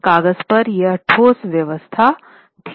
कागज पर यह ठोस व्यवस्था थी